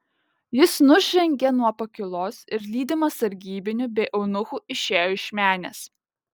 jis nužengė nuo pakylos ir lydimas sargybinių bei eunuchų išėjo iš menės